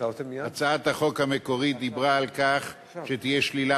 הצעת החוק המקורית דיברה על כך שתהיה שלילה